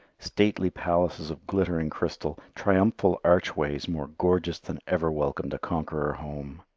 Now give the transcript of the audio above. stately palaces of glittering crystal, triumphal archways more gorgeous than ever welcomed a conqueror home.